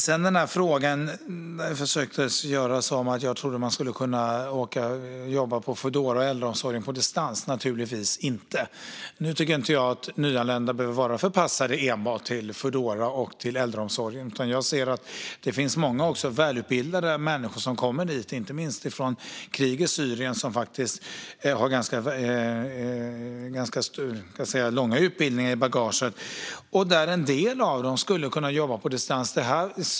Sedan var det en fråga som gällde att jag skulle ha trott att man kan jobba på Foodora och äldreomsorgen på distans - så är det naturligtvis inte. Nu tycker jag inte att nyanlända behöver vara förpassade enbart till Foodora och äldreomsorgen, utan jag ser också att det finns många välutbildade människor som kommer hit, inte minst från krigets Syrien, med ganska långa utbildningar i bagaget. En del av dem skulle kunna jobba på distans.